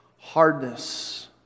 hardness